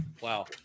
wow